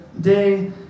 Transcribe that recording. day